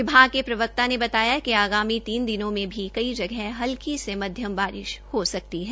विभाग के प्रवक्ता ने बताया कि आगामी तीन दिनों में भी कई जगह हलकी से मध्यम बारिश हो सकती है